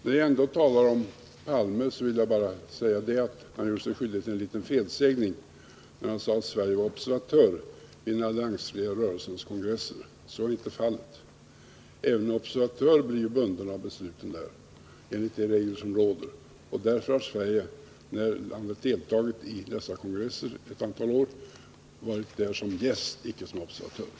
När jag ändå talar om Olof Palme vill jag påpeka att han gjorde sig skyldig till en liten felsägning när han sade att Sverige var observatör vid den alliansfria rörelsens kongresser. Så är inte fallet. Även en observatör blir ju enligt de regler som råder bunden av besluten på dessa kongresser. Därför har företrädare för Sverige, när vi under ett antal år har deltagit i dessa kongresser, varit där som gäster, icke som observatörer.